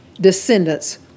descendants